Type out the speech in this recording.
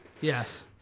Yes